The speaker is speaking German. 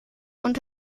und